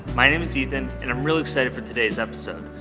my name is ethan, and i'm really excited for today's episode.